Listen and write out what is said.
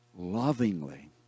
Lovingly